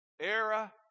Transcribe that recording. era